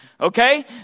Okay